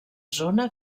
zona